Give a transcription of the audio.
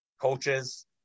Coaches